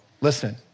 listen